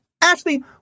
Ashley